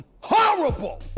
Horrible